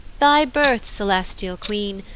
thy birth, coelestial queen!